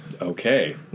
Okay